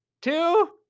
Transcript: Two